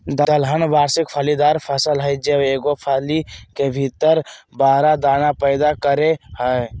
दलहन वार्षिक फलीदार फसल हइ जे एगो फली के भीतर बारह दाना पैदा करेय हइ